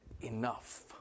enough